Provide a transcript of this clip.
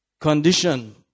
condition